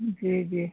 जी जी